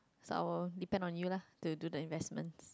start our depend on you lah to do the investments